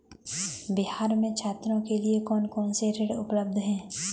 बिहार में छात्रों के लिए कौन कौन से ऋण उपलब्ध हैं?